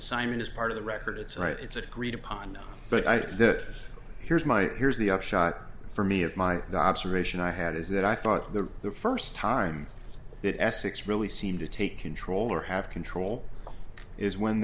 assignment is part of the record it's right it's agreed upon but i think that here's my here's the upshot for me of my observation i had is that i thought the first time that essex really seemed to take control or have control is when